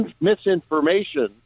misinformation